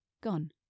gone